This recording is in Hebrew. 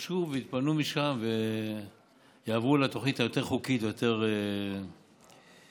שיתפנו משם ויעברו לתוכנית היותר-חוקית ויותר נכונה.